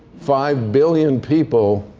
five billion people,